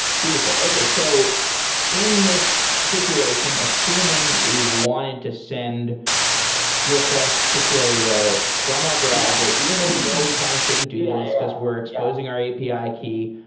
beautiful. okay. so in this situation, assuming we wanted to send requests to twilio from our browser even though we know we kind of shouldn't do this, because we're exposing our api key.